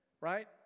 right